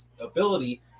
ability